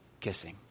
kissing